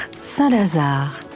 Saint-Lazare